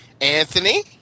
Anthony